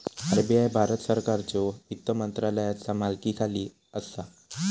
RBI Bharat सरकारच्यो वित्त मंत्रालयाचा मालकीखाली असा